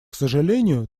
сожалению